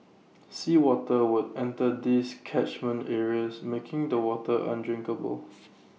sea water would enter these catchment areas making the water undrinkable